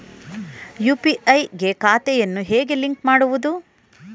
UPI ಗೆ ಖಾತೆಯನ್ನು ಹೇಗೆ ಲಿಂಕ್ ಮಾಡುವುದು?